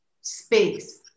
space